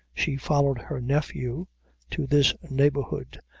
she followed her nephew to this neighborhood,